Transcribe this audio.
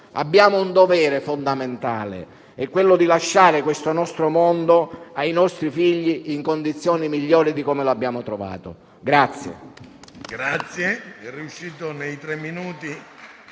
Abbiamo un dovere fondamentale, che è quello di lasciare questo mondo ai nostri figli in condizioni migliori di come l'abbiamo trovato.